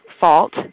fault